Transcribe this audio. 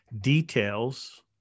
details